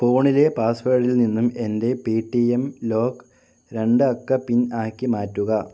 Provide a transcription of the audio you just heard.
ഫോണിലെ പാസ്വേഡിൽ നിന്നും എൻ്റെ പേടിഎം ലോക്ക് രണ്ട് അക്ക പിൻ ആക്കി മാറ്റുക